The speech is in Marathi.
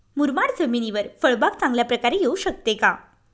मुरमाड जमिनीवर फळबाग चांगल्या प्रकारे येऊ शकते का?